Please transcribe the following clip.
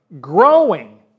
growing